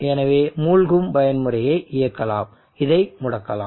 எனவே மூழ்கும் பயன்முறையை இயக்கலாம் இதை முடக்கலாம்